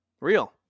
Real